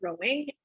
growing